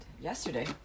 Yesterday